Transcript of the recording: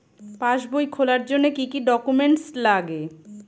পাসবই খোলার জন্য কি কি ডকুমেন্টস লাগে?